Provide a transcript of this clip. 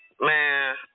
Man